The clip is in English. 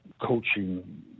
coaching